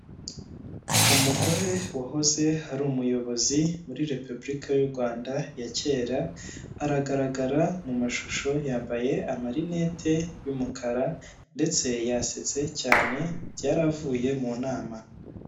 Umugore wahoze ari umuyobozi muri repubulika y' u Rwanda ya kera aragaragara mu mashusho yambaye amarinete y'umukara ndetse yasetse cyane yari avuye mu nama.